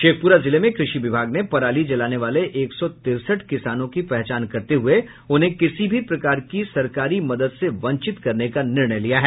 शेखपुरा जिले में कृषि विभाग ने पराली जलाने वाले एक सौ तिरसठ किसानों की पहचान करते हुए उन्हें किसी भी प्रकार के सरकारी मदद से वंचित करने का निर्णय लिया है